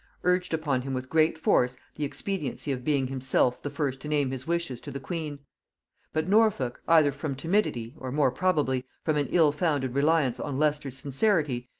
urged upon him with great force the expediency of being himself the first to name his wishes to the queen but norfolk, either from timidity, or, more probably, from an ill-founded reliance on leicester's sincerity,